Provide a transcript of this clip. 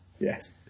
Yes